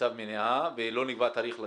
בצו מניעה ולא נקבע תאריך לדיון.